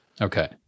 Okay